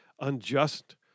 unjust